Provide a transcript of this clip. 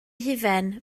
hufen